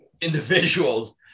individuals